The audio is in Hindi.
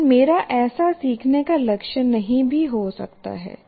लेकिन मेरा ऐसा सीखने का लक्ष्य नहीं भी हो सकता है